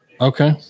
Okay